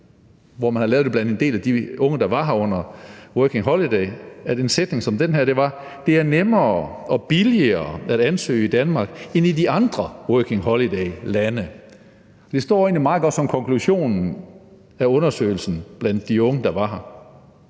– en undersøgelse af en del af de unge, der var her under Working Holiday-ordningen – og en af sætningerne i konklusionen var: Det er nemmere og billigere at ansøge i Danmark end i de andre Working Holiday-lande. Det står egentlig meget godt som konklusionen på undersøgelsen blandt de unge, der var her.